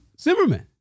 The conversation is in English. Zimmerman